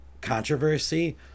Controversy